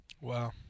Wow